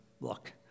look